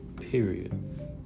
period